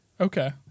Okay